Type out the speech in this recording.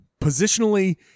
Positionally –